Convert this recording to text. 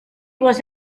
was